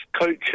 coaches